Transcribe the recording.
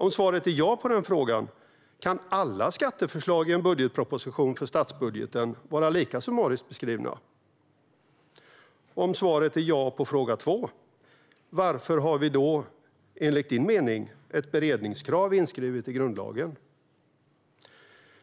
Om svaret är ja på frågan, kan alla skatteförslag i en budgetproposition om statsbudgeten vara lika summariskt beskrivna? Om svaret är ja på fråga två, varför har vi då, enligt din mening, ett beredningskrav inskrivet i grundlagen?